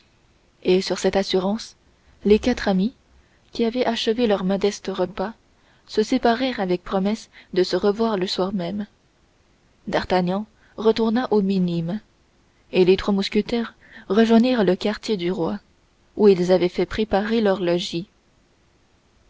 et sur cette assurance les quatre amis qui avaient achevé leur modeste repas se séparèrent avec promesse de se revoir le soir même d'artagnan retourna aux minimes et les trois mousquetaires rejoignirent le quartier du roi où ils avaient à faire préparer leur logis